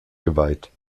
geweiht